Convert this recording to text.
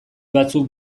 batzuk